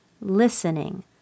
listening